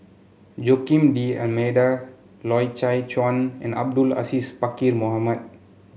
Joaquim D'Almeida Loy Chye Chuan and Abdul Aziz Pakkeer Mohamed